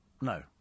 no